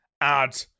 add